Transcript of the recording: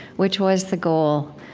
which was the goal,